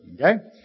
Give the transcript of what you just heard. Okay